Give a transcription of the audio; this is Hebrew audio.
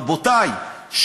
רבותיי,